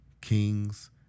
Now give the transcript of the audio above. kings